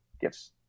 gifts